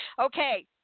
Okay